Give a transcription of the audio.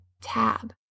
tab